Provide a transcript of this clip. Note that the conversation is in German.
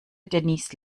denise